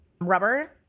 rubber